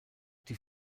die